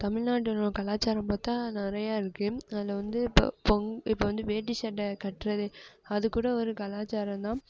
தமிழ்நாட்டோடய கலாச்சாரம் பார்த்தா நிறையா இருக்குது அதில் வந்து இப்போ இப்போ வந்து வேட்டி சட்டை கட்டுறது அது கூட ஒரு கலாச்சாரம் தான்